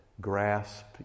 grasp